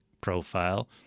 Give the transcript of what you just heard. profile